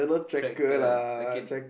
tractor okay